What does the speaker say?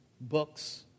books